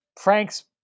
Frank's